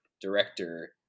director